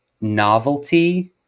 novelty